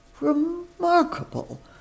remarkable